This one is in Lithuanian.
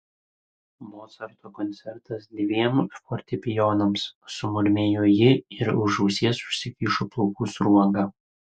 mocarto koncertas dviem fortepijonams sumurmėjo ji ir už ausies užsikišo plaukų sruogą